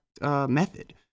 Method